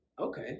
Okay